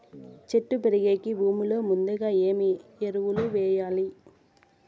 చెట్టు పెరిగేకి భూమిలో ముందుగా ఏమి ఎరువులు వేయాలి?